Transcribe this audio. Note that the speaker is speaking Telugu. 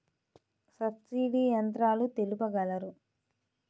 సబ్సిడీ యంత్రాలు తెలుపగలరు?